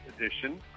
edition